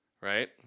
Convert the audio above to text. Right